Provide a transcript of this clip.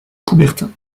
coubertin